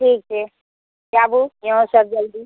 ठीक छै आबू आओर सब जल्दी